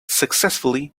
successfully